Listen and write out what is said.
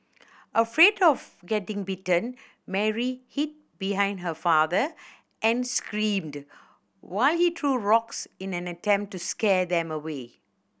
afraid of getting bitten Mary hid behind her father and screamed while he threw rocks in an attempt to scare them away